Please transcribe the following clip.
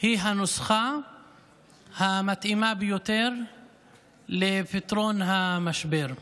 היא הנוסחה המתאימה ביותר לפתרון המשבר.